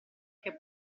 che